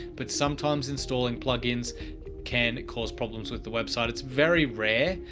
but sometimes installing plugins can cause problems with the website. it's very rare,